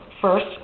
First